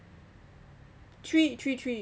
three three three